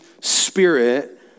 spirit